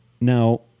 Now